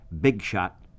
big-shot